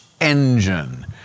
engine